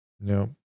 no